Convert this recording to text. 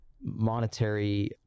monetary